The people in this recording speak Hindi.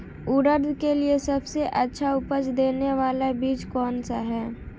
उड़द के लिए सबसे अच्छा उपज देने वाला बीज कौनसा है?